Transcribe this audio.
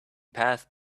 path